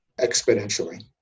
exponentially